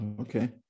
Okay